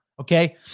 okay